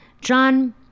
John